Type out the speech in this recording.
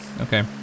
okay